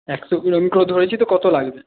একশো গ্রাম করে ধরেছি তো কত লাগবে